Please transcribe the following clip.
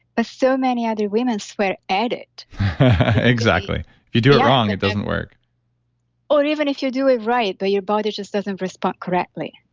but so many other women swear at it exactly yeah if you do it wrong, it doesn't work or even if you do it right but your body just doesn't respond correctly.